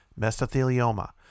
mesothelioma